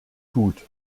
tut